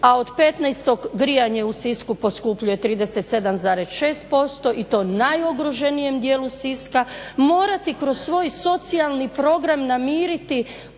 a od 15.grijanje u Sisku poskupljuje 37,6% i to u najugroženijem dijelu Siska, morati kroz svoj socijalni program namiriti